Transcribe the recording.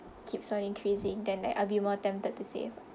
keeps on increasing then like I'll be more tempted to save